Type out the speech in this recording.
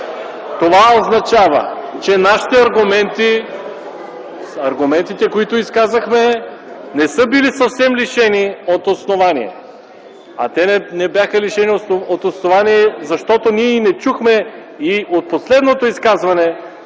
Това означава, че нашите аргументи, аргументите които изказахме, не са били съвсем лишени от основание. Те не бяха лишени от основание, защото ние не чухме и от последното изказване